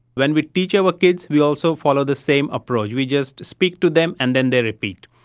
when we teach our kids we also follow the same approach, we just speak to them and then they repeat.